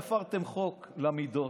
תפרתם חוק למידות,